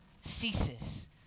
ceases